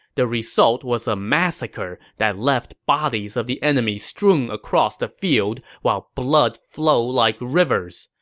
the result was a massacre that left bodies of the enemy strewn across the field while blood flowed like rivers.